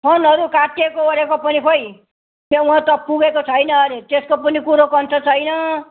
फन्डहरू काटिएको वरेको पनि खै त्यो वहाँ त पुगेको छैन अरे त्यसको पनि कुरो कन्थो छैन